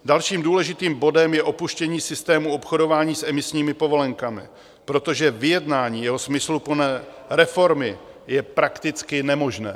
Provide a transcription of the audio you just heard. Dalším důležitým bodem je opuštění systému obchodování s emisními povolenkami, protože vyjednání jeho smysluplné reformy je prakticky nemožné.